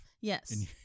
Yes